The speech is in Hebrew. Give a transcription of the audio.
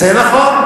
זה נכון.